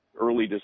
early